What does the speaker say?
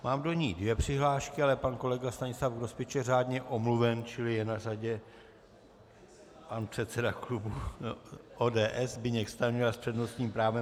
Mám do ní dvě přihlášky, ale pan kolega Stanislav Grospič je řádně omluven, čili je na řadě pan předseda klubu ODS Zbyněk Stanjura s přednostním právem.